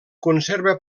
conserva